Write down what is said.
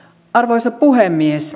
arvoisa puhemies